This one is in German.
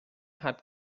hat